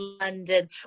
London